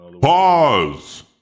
Pause